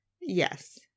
Yes